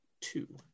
two